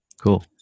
Cool